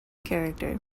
character